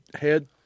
head